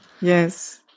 Yes